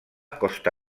costa